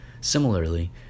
Similarly